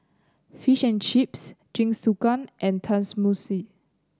Fish and Chips Jingisukan and Tenmusu